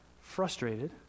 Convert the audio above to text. frustrated